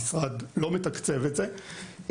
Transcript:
המשרד לא מתקצב את זה.